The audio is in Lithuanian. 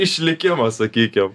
išlikimą sakykim